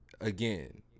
again